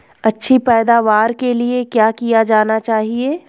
अच्छी पैदावार के लिए क्या किया जाना चाहिए?